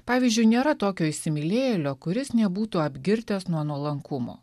pavyzdžiui nėra tokio įsimylėjėlio kuris nebūtų apgirtęs nuo nuolankumo